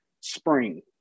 spring